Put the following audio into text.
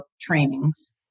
trainings